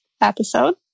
episode